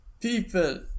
people